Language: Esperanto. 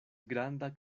granda